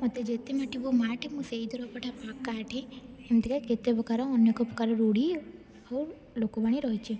ମୋତେ ଯେତେ ମାଠିବୁ ମାଠେ ମୁଁ ସେଇ ଦରପୋଡା ପା କାଠେ ଏମିତିରେ କେତେ ପ୍ରକାର ଅନେକ ପ୍ରକାର ରୂଢ଼ି ଓ ଲୋକବାଣୀ ରହିଛି